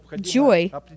joy